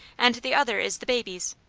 and the other is the baby's.